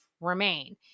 remain